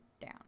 down